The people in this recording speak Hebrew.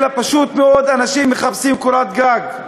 אלא פשוט מאוד אנשים מחפשים קורת גג.